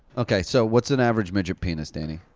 okay, so what's an average midget penis, danny?